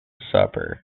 supper